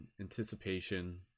anticipation